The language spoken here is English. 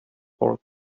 horses